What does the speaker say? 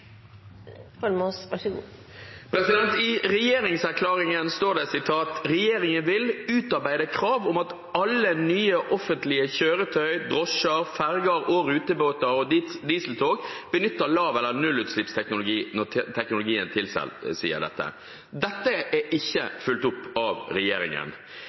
I regjeringserklæringen står det at regjeringen vil «utarbeide krav om at alle nye offentlige kjøretøy, og alle nye drosjer, ferger, rutebåter og dieseltog, benytter lav- eller nullutslippsteknologi når teknologien tilsier dette». Dette er ikke fulgt opp av regjeringen.